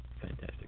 Fantastic